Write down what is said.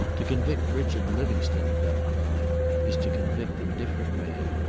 to convict richard livingstone of that crime is to convict a different man,